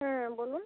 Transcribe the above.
হ্যাঁ বলুন